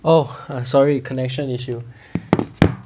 oh sorry connection issue